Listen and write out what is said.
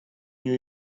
new